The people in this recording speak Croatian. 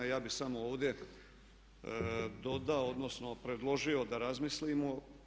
Ja bih samo ovdje dodao, odnosno predložio da razmislimo.